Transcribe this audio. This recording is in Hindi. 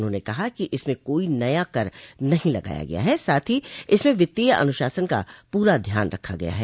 उन्होंने कहा कि इसमें कोई नया कर नहों लगाया गया है साथ ही इसमें वित्तीय अनुशासन का पूरा ध्यान रखा गया है